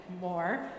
more